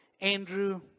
Andrew